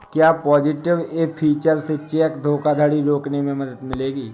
क्या positive pay feature से cheque धोखाधड़ी रोकने में मदद मिलेगी?